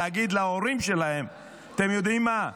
הוא להגיד להורים שלהם: אתם יודעים מה,